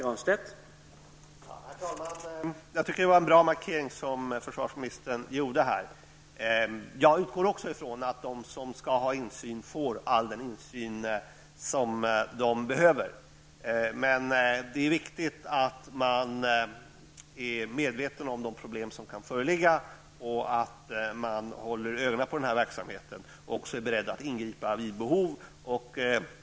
Herr talman! Det var en bra markering som försvarsministern gjorde här. Jag utgår också ifrån att de som skall ha insyn, får all den insyn de behöver. Det är viktigt att man är medveten om de problem som kan föreligga och att man håller ögonen på den här verksamheten. Det är även viktigt att man är beredd att ingripa vid behov.